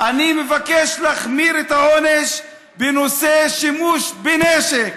אני מבקש להחמיר את העונש בנושא שימוש בנשק.